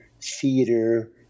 theater